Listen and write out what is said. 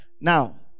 Now